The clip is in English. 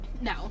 No